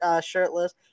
shirtless